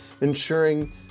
ensuring